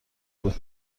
بود